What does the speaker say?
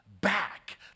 back